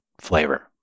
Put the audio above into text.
flavor